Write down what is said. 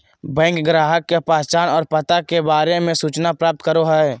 bank ग्राहक के पहचान और पता के बारे में सूचना प्राप्त करो हइ